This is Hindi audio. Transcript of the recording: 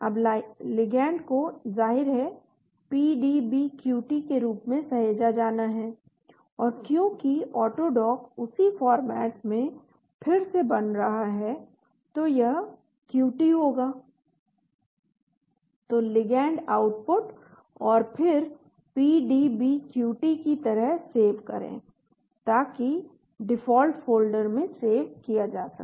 अब लिगैंड को जाहिर है PDB QT के रूप में सहेजा जाना है और क्योंकि ऑटोडॉक उसी फॉर्मेट में फिर से बन रहा है तो यह QT होगा तो लिगैंड आउटपुट और फिर पीडीबी QT की तरह सेव करें ताकि डिफ़ॉल्ट फ़ोल्डर में सेव किया जा सके